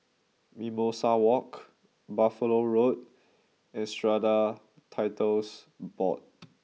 Mimosa Walk Buffalo Road and Strata Titles Board